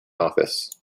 office